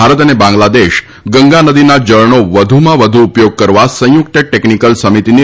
ભારત અને બાંગ્લાદેશ ગંગાનદીના જળનો વધુમાં વધુ ઉપયોગ કરવા સંયુક્ત ટેકનિકલ સમિતિની